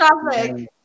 Traffic